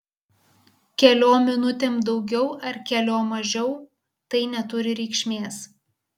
keliom minutėm daugiau ar keliom mažiau tai neturi reikšmės